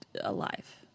Alive